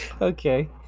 Okay